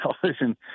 television